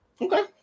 Okay